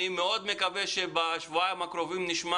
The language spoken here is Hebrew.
אני מאוד מקווה שבשבועיים הקרובים נשמע